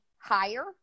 higher